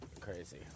crazy